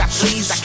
please